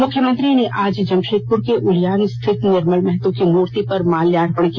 मुख्यमंत्री ने आज जमशेदपुर के उलियान स्थित निर्मल महतो की मूर्ति पर माल्यार्पण किया